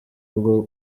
bwo